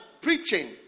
preaching